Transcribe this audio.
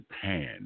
Japan